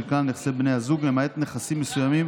כלל נכסי בני הזוג למעט נכסים מסוימים,